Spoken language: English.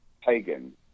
pagan